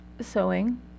sewing